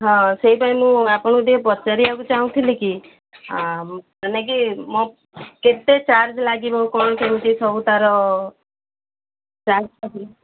ହଁ ସେଇପାଇଁ ମୁଁ ଆପଣଙ୍କୁ ଟିକେ ପଚାରିବାକୁ ଚାହୁଁଥିଲି କି ମାନେ କେତେ ଚାର୍ଜ ଲାଗିବ କ'ଣ କେମିତି ସବୁ ତାର ଚାର୍ଜ